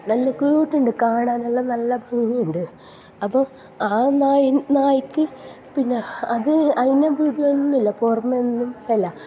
നല്ല ക്യൂട് ഉണ്ട് കാണാനെല്ലാം നല്ല ഭംഗിയുണ്ട് അപ്പോൾ ആ നായി നായിക്ക് പിന്നെ അത് അതിനെ ബിടോന്നുല്ല പുറമെ ഒന്നും ബല്ല